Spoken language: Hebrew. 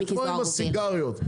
זה כמו עם הסיגריות,